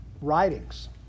writings